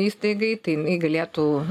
įstaigai tai jinai galėtų